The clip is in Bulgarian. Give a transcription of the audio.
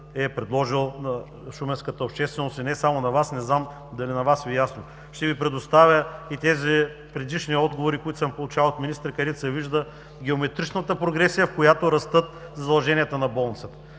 е предложил на шуменската общественост, и не само на Вас. Не знам дали на Вас Ви е ясно. Ще Ви предоставя и тези предишни отговори, които съм получавал от министри, където се вижда геометричната прогресия, в която растат задълженията на болницата.